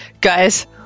guys